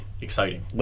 exciting